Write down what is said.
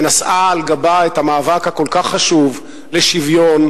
ונשאה על גבה את המאבק הכל-כך חשוב לשוויון,